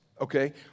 Okay